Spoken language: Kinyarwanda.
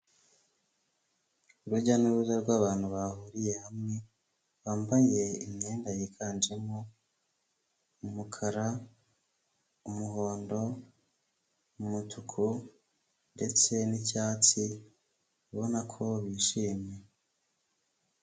Urujya n'uruza rw'abantu bahuriye hamwe, bambaye imyenda yiganjemo umukara, umuhondo, umutuku ndetse n'icyatsi, ubona ko bishimye.